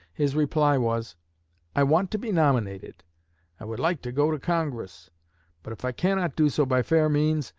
his reply was i want to be nominated i would like to go to congress but if i cannot do so by fair means,